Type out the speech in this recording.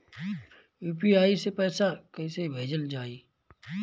UPI से पैसा कइसे भेजल जाई?